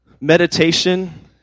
meditation